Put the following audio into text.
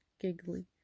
giggly